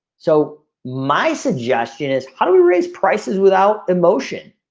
so my suggestion is how do we raise prices without emotion